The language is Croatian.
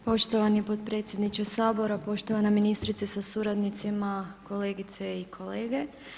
Poštovani potpredsjedniče Sabora, poštovana ministrice sa suradnicima, kolegice i kolege.